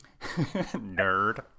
Nerd